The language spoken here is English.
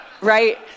Right